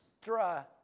extra